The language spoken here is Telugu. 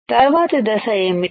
తర్వాతి దశ ఏమిటి